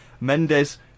Mendes